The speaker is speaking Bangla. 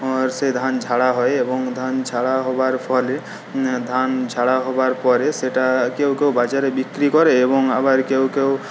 আর সেই ধান ঝাড়া হয় এবং ধান ঝাড়া হওয়ার ফলে ধান ঝারা হওয়ার পরে সেটা কেউ কেউ বাজারে বিক্রি করে এবং আবার কেউ কেউ